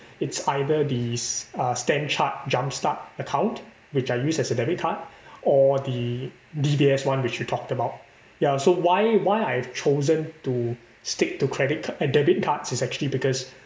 it's either the s~ uh standard chartered jumpstart account which I use as a debit card or the D_B_S one which we talked about ya so why why I've chosen to stick to credit ca~ uh debit cards is actually because